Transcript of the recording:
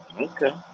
Okay